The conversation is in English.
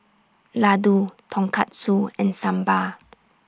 Ladoo Tonkatsu and Sambar